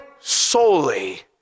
solely